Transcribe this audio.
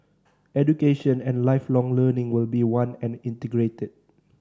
Education and Lifelong Learning will be one and integrated